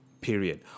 period